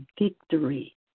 victory